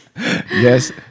Yes